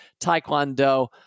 Taekwondo